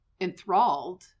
enthralled